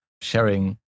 sharing